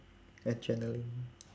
adrenaline